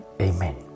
Amen